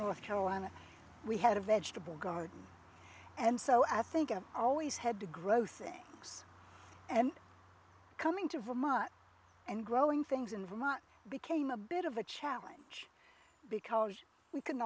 north carolina we had a vegetable garden and so i think i've always had to grow things and coming to vermont and growing things in vermont became a bit of a challenge because we can